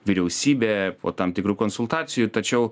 vyriausybė po tam tikrų konsultacijų tačiau